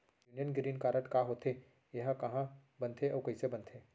Union green card का होथे, एहा कहाँ बनथे अऊ कइसे बनथे?